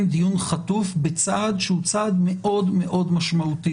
דיון חטוף בצעד שהוא צעד מאוד מאוד משמעותי,